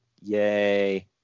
Yay